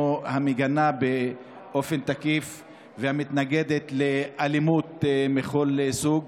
המגנה באופן תקיף והמתנגדת לאלימות מכל סוג.